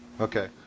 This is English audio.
Okay